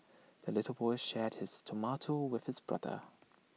the little boy shared his tomato with his brother